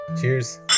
cheers